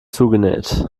zugenäht